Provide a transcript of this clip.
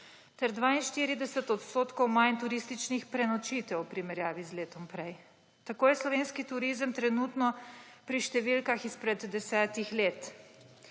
ter 42 % manj turističnih prenočitev v primerjavi z letom prej. Tako je slovenski turizem trenutno pri številkah izpred desetih let.